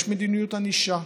יש מדיניות ענישה.